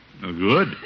Good